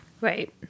Right